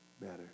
better